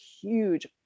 huge